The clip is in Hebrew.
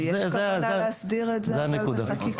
זו הנקודה.